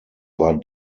war